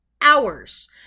hours